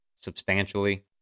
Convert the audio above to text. substantially